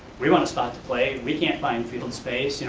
we want to stop the plague. we can't find field space. yeah